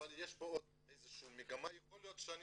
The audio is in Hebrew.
יש פה עוד איזו שהיא מגמה, יכול להיות ואני